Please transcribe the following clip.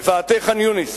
בפאתי ח'אן-יונס,